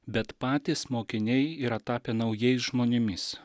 bet patys mokiniai yra tapę naujais žmonėmis